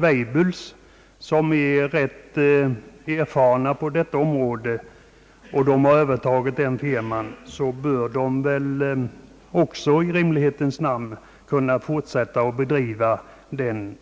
Weibulls är rätt erfarna på detta område, och när de övertagit denna firman Algot Holmberg bör de väl också i rimlighetens namn kunna fortsätta att bedriva den